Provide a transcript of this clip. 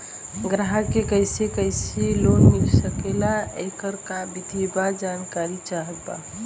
ग्राहक के कैसे कैसे लोन मिल सकेला येकर का विधि बा जानकारी चाहत बा?